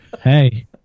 Hey